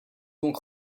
donc